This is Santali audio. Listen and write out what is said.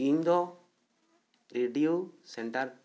ᱤᱧ ᱫᱚ ᱨᱮᱰᱤᱭᱚ ᱥᱮᱱᱴᱟᱨ